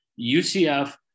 UCF